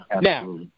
Now